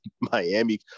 Miami